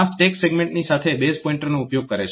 આ સ્ટેક સેગમેન્ટની સાથે બેઝ પોઇન્ટરનો ઉપયોગ કરે છે